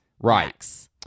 Right